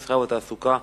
המסחר והתעסוקה,